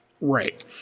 Right